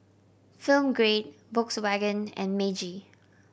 Film Grade Volkswagen and Meiji